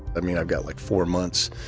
i mean i've got like four months